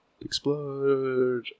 explode